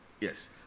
Yes